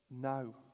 No